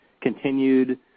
continued